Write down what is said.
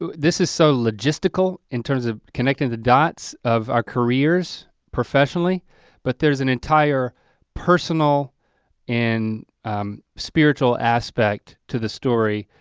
this is so logistical in terms of connecting the dots of our careers professionally but there's an entire personal and spiritual aspect to the story,